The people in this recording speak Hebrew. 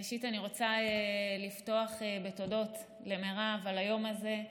ראשית, אני רוצה לפתוח בתודות למירב על היום הזה.